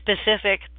specific